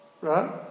right